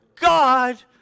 God